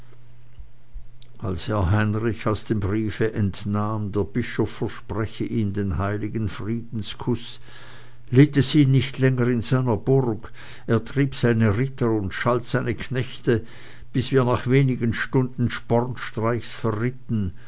als herr heinrich aus dem briefe entnahm der bischof verspreche ihm den heiligen friedenskuß litt es ihn nicht länger in seiner burg er trieb seine ritter und schalt seine knechte bis wir nach wenigen stunden spornstreichs